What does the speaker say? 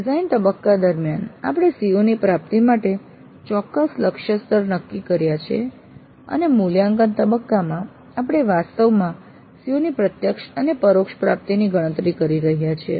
design તબક્કા દરમિયાન આપણે CO ની પ્રાપ્તિ માટે ચોક્કસ લક્ષ્ય સ્તર નક્કી કર્યા છે અને મૂલ્યાંકન તબક્કામાં આપણે વાસ્તવમાં CO ની પ્રત્યક્ષ અને પરોક્ષ પ્રાપ્તિની ગણતરી કરી રહ્યા છીએ